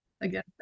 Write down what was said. Again